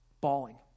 bawling